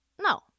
No